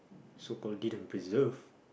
so called didn't preserve